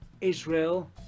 Israel